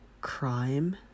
crime